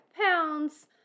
pounds